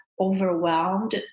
overwhelmed